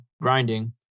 Grinding